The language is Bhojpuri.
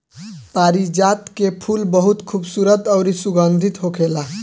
पारिजात के फूल बहुत खुबसूरत अउरी सुगंधित होखेला